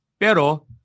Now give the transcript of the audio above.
Pero